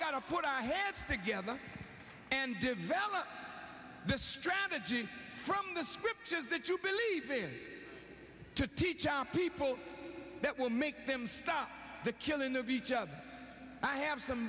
got to put our heads together and develop the strategy from the scriptures the true belief is to teach our people that will make them stop the killing of each other i have some